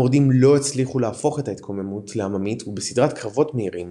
המורדים לא הצליחו להפוך את ההתקוממות לעממית ובסדרת קרבות מהירים